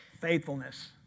Faithfulness